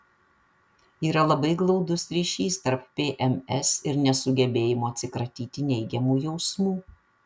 yra labai glaudus ryšys tarp pms ir nesugebėjimo atsikratyti neigiamų jausmų